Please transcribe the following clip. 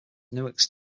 network